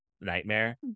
nightmare